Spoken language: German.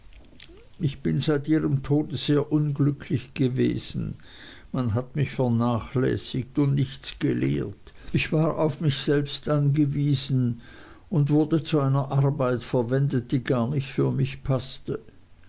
ich bin seit ihrem tode sehr unglücklich gewesen man hat mich vernachlässigt und nichts gelehrt ich war auf mich selbst angewiesen und wurde zu einer arbeit verwendet die gar nicht für mich paßte